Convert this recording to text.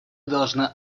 должны